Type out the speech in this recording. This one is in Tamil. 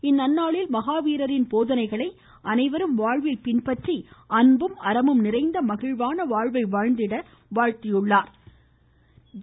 இந்நன்நாளில் மகாவீரரின் போதனைகளை அனைவரும் வாழ்வில் பின்பற்றி அன்பும் அறமும் நிறைந்த மகிழ்வான வாழ்வை வாழ்ந்திட வாழ்த்தியுள்ளார்